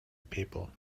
people